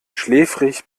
schläfrig